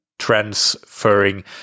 transferring